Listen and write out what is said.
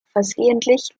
versehentlich